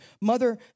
Mother